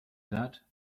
that